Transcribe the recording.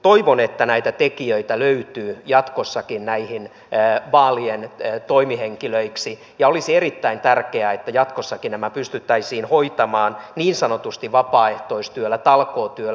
toivon että näitä tekijöitä löytyy jatkossakin näihin vaalien toimihenkilöiksi ja olisi erittäin tärkeää että jatkossakin nämä pystyttäisiin hoitamaan niin sanotusti vapaaehtoistyöllä talkootyöllä